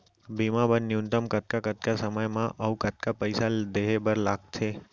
बीमा बर न्यूनतम कतका कतका समय मा अऊ कतका पइसा देहे बर लगथे